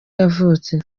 yavutse